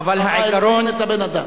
בראשית ברא אלוקים את הבן-אדם.